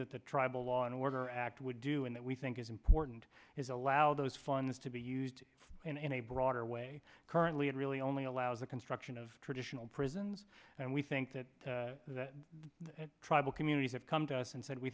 that the tribal law and order act would do and that we think is important is allow those funds to be used in a broader way currently it really only allows the construction of traditional prisons and we think that tribal communities have come to us and said we